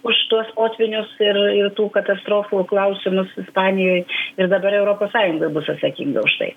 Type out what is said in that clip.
už tuos potvynius ir ir tų katastrofų klausimus ispanijoj ir dabar europos sąjungoj bus atsakinga už tai